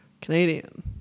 Canadian